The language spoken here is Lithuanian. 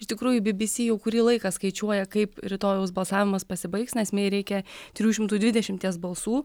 iš tikrųjų bbc jau kurį laiką skaičiuoja kaip rytojaus balsavimas pasibaigs nes mei reikia trijų šimtų dvidešimties balsų